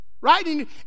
right